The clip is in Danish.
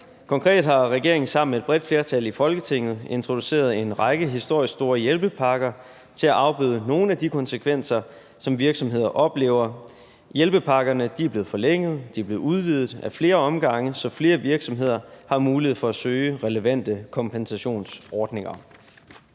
Konkret har regeringen sammen med et bredt flertal i Folketinget introduceret en række historisk store hjælpepakker til at afbøde nogle af de konsekvenser, som virksomheder oplever. Hjælpepakkerne er blevet forlænget, og de er blevet udvidet ad flere omgange, så flere virksomheder har mulighed for at søge relevante kompensationsordninger.